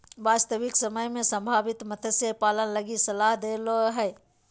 वास्तविक समय में संभावित मत्स्य पालन लगी सलाह दे हले